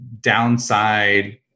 downside